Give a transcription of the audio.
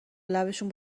لبشون